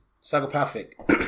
Psychopathic